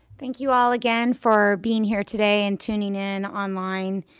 thank you all again for being here today and tuning in online.